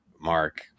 Mark